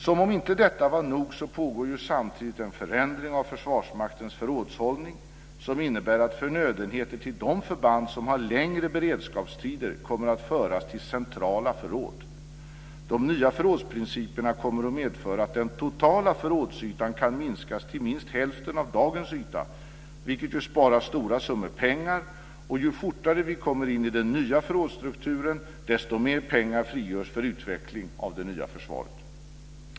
Som om inte detta var nog pågår samtidigt en förändring av Försvarsmaktens förrådshållning, som innebär att förnödenheter till de förband som har längre beredskapstider kommer att föras till centrala förråd. De nya förrådsprinciperna kommer att medföra att den totala förrådsytan kan minskas till minst hälften av dagens yta, vilket ju sparar stora summor pengar. Ju fortare vi kommer in i den nya förrådsstrukturen, desto mer pengar frigörs för utveckling av det nya försvaret.